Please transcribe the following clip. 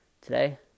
today